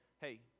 hey